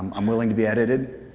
i'm willing to be edited,